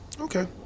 Okay